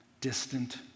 distant